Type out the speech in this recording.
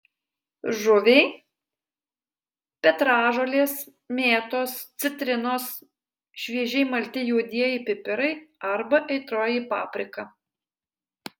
žuviai petražolės mėtos citrinos šviežiai malti juodieji pipirai arba aitrioji paprika